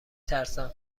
ترسم